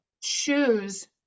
choose